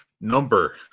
number